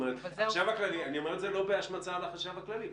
ואני לא אומר את זה בהשמצה על החשב הכללי.